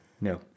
No